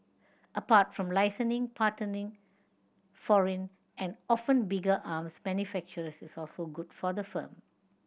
apart from licensing partnering foreign and often bigger arms manufacturers is also good for the firm